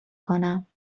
کنم